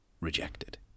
rejected